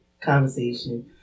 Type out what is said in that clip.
conversation